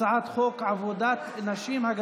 הצעת חוק עבודת נשים (תיקון,